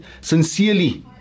sincerely